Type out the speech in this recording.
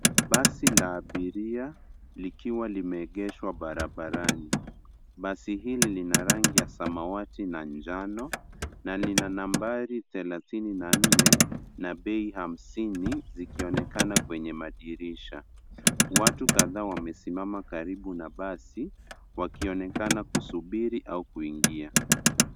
Basi la abiria, likiwa limeegeshwa barabarani. Basi hili lina rangi ya samawati na njano na lina nambari thelathini na nne na bei hamsini zikionekana kwenye madirisha. Watu kadhaa wamesimama karibu na basi wakionekana kusubiri au kuingia.